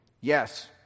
Yes